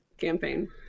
campaign